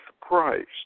Christ